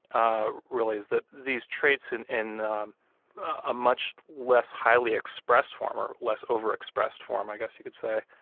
ah really, is that these traits in in a much less highly expressed form or less over-expressed form, i guess you could say,